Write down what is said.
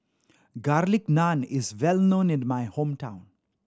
Garlic Naan is well known in my hometown